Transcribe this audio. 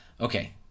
Okay